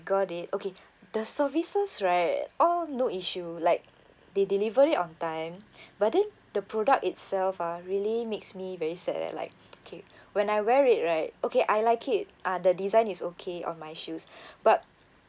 got it okay the services right all no issue like they delivered it on time but then the product itself ah really makes me very sad eh like okay when I wear it right okay I like it uh the design is okay on my shoes but